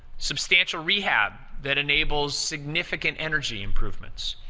substantial rehab that enables significant energy improvements.